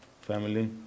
family